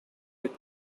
with